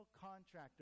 contractor